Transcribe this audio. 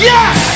Yes